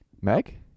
Meg